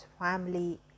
family